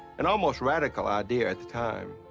an almost radical idea at the time.